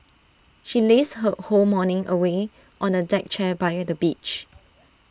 she lazed her whole morning away on A deck chair by the beach